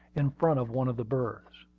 in front of one of the berths.